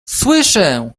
słyszę